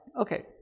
Okay